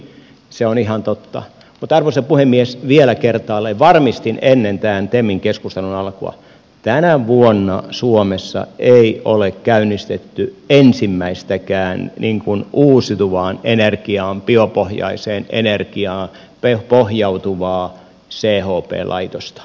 se on ihan totta mutta arvoisa puhemies vielä kertaalleen varmistin ennen tämän temin keskustelun alkua että tänä vuonna suomessa ei ole käynnistetty ensimmäistäkään uusiutuvaan energiaan biopohjaiseen energiaan pohjautuvaa chp laitosta